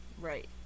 Right